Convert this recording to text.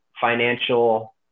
financial